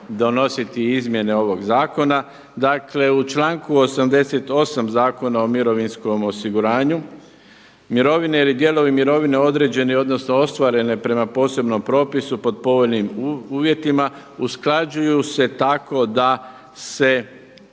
donositi izmjene ovog zakona. Dakle u članu 88. Zakona o mirovinskom osiguranju mirovine ili dijelovi mirovine određeni odnosno ostvarene prema posebnom propisu pod povoljnim uvjetima usklađuju se tako da se